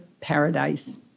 paradise